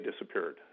disappeared